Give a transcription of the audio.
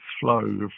flow